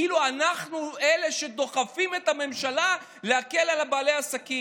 כאילו אנחנו אלה שדוחפים את הממשלה להקל על בעלי העסקים.